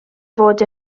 fod